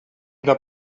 una